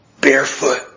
Barefoot